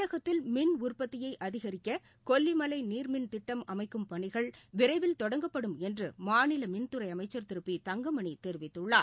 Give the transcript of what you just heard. தமிழகத்தில் மின் உற்பத்தியை அதிகரிக்க கொல்லிமலை நீர்மின் திட்டம் அமைக்கும் பணிகள் விரைவில் தொடங்கப்படும் என்று மாநில மின்துறை அமைச்சர் திரு பி தங்கமணி தெரிவித்துள்ளார்